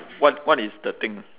what what is the thing